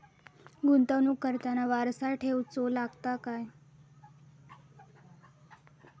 गुंतवणूक करताना वारसा ठेवचो लागता काय?